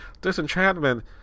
Disenchantment